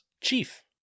Chief